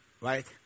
Right